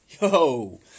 Yo